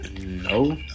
No